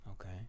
okay